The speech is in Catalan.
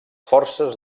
forces